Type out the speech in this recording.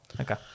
Okay